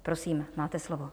Prosím, máte slovo.